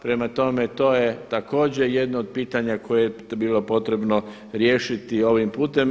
Prema tome, to je također jedno od pitanja koje bi bilo potrebno riješiti ovim putem.